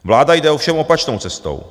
Vláda jde ovšem opačnou cestou.